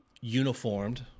Uniformed